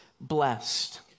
blessed